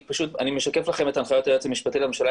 אני משקף לכם את הנחיות היועץ המשפטי לממשלה,